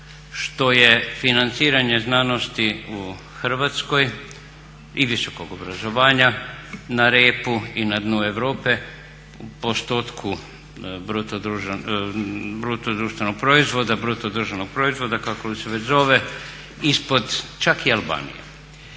što je financiranje znanosti u Hrvatskoj i visokog obrazovanja na repu i na dnu Europe u postotku bruto društvenog proizvoda kako li se već zove ispod čak i Albanije.